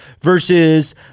versus